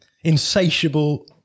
insatiable